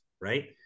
right